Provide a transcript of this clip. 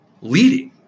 leading